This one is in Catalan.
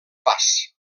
pas